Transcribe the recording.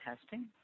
testing